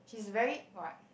she's very what